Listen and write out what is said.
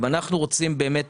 אם אנחנו רוצים באמת